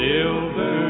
Silver